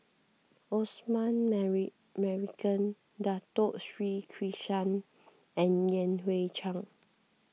Osman Merican Dato Sri Krishna and Yan Hui Chang